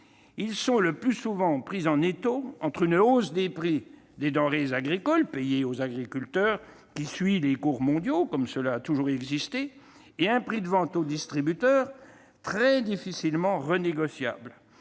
Ils sont le plus souvent pris en étau entre une hausse des prix des denrées agricoles payés aux agriculteurs qui suivent les cours mondiaux et un prix de vente au distributeur très difficilement renégociable.